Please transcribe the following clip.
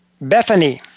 Bethany